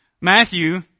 Matthew